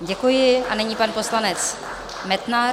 Děkuji a nyní pan poslanec Metnar.